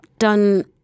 done